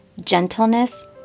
gentleness